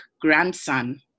grandson